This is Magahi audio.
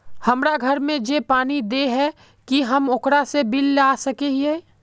हमरा घर में जे पानी दे है की हम ओकरो से बिल ला सके हिये?